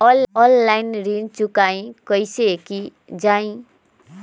Online ऋण चुकाई कईसे की ञाई?